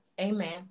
Amen